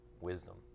wisdom